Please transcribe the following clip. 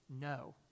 no